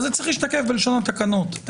אז זה צריך להשתקף בלשון התקנות.